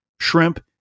shrimp